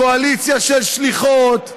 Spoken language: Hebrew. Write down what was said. קואליציה של שליחות.